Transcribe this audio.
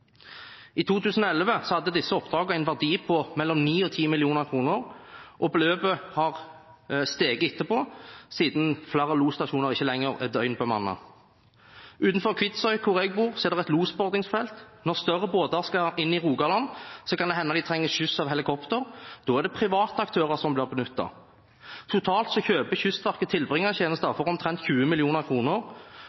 I 2011 hadde disse oppdragene en verdi på mellom 9 og 10 mill. kr, og beløpet har steget etterpå, siden flere losstasjoner ikke lenger er døgnbemannet. Utenfor Kvitsøy, der jeg bor, er det losbordingsfelt. Når større båter skal inn i Rogaland, kan det hende de trenger skyss av helikopter. Da er det private aktører som blir benyttet. Totalt kjøper Kystverket